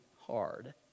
hard